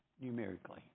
numerically